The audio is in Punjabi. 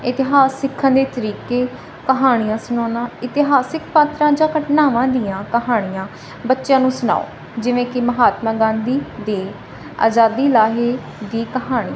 ਇਤਿਹਾਸ ਸਿੱਖਣ ਦੇ ਤਰੀਕੇ ਕਹਾਣੀਆਂ ਸੁਣਾਉਣਾ ਇਤਿਹਾਸਿਕ ਪਾਤਰਾਂ ਜਾਂ ਘਟਨਾਵਾਂ ਦੀਆਂ ਕਹਾਣੀਆਂ ਬੱਚਿਆਂ ਨੂੰ ਸੁਣਾਓ ਜਿਵੇਂ ਕਿ ਮਹਾਤਮਾ ਗਾਂਧੀ ਦੇ ਆਜ਼ਾਦੀ ਲਾਹੇ ਦੀ ਕਹਾਣੀ